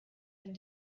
and